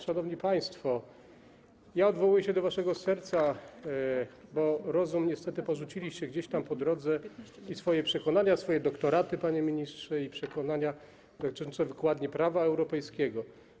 Szanowni państwo, odwołuję się do waszego serca, bo rozum niestety porzuciliście gdzieś tam po drodze i porzuciliście swoje przekonania, swoje doktoraty, panie ministrze, i przekonania dotyczące wykładni prawa europejskiego.